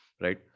right